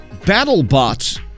BattleBots